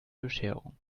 bescherung